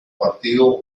partido